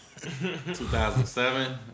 2007